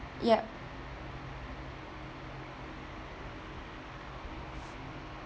yup